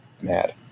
mad